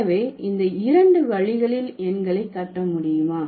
எனவே இந்த இரண்டு வழிகளில் எண்களை கட்டமுடியுமா